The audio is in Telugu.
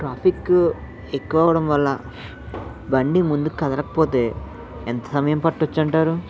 ట్రాఫిక్కు ఎక్కువవడం వల్ల బండి ముందుకు కదలకపోతే ఎంత సమయం పట్టొచ్చంటారూ